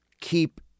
keep